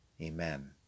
Amen